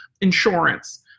Insurance